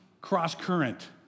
cross-current